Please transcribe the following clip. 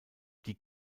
die